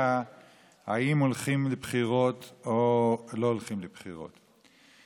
אם הולכים לבחירות או לא הולכים לבחירות.